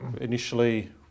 initially